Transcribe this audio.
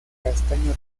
castaño